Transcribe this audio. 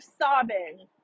sobbing